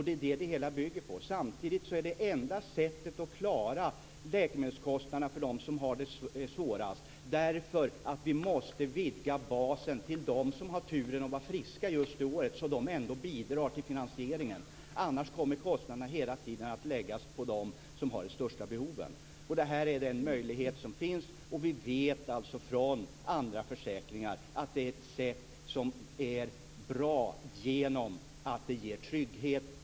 Det är det hela idén bygger på. Samtidigt är detta det enda sättet att klara läkemedelskostnaderna för dem som har det svårast. Vi måste vidga basen till att omfatta dem som har turen att vara friska just det året, så att de bidrar till finansieringen. Annars kommer kostnaderna hela tiden att läggas på dem som har de största behoven. Det här är den möjlighet som finns. Vi vet genom erfarenhet från andra försäkringar att det är ett sätt som är bra, därför att det ger trygghet.